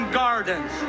gardens